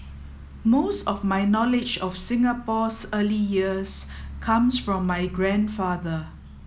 most of my knowledge of Singapore's early years comes from my grandfather